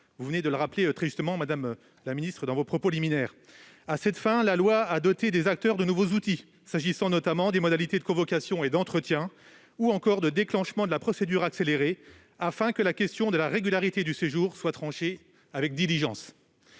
l'examen de ce texte, s'élevaient encore en moyenne à onze mois. À cette fin, la loi a doté les acteurs de nouveaux outils, s'agissant notamment des modalités de convocation et d'entretien, ou encore de déclenchement de la procédure accélérée, afin que la question de la régularité du séjour soit tranchée avec diligence.